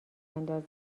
اندازد